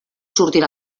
sortirà